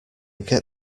get